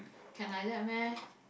can like that meh